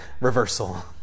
reversal